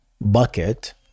bucket